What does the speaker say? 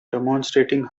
demonstrating